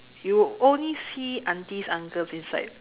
you will only see aunties uncles inside